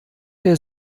der